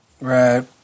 Right